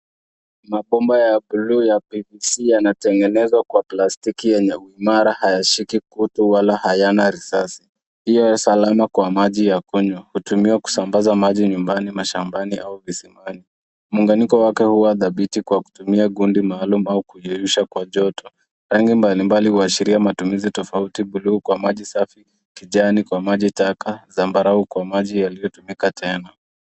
Mabomba ya buluu ya PVC yanatengenezwa kwa plastiki yenye mara hayashiki kutu Wala hayana risasi. Yana salama kwa maji ya kunywa. Hutumiwa kusambaza maji nyumbani, shambani au visimani. Muunganiko wake Huwa dhabiti kwa kutumia kundi maalum. Rangi mbali mbali huashiria matumizi tofauti, buluu kwa maji safi, kijani kwa maji taka, zambarau kwa maji yaliyotumika tena.